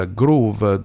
groove